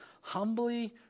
humbly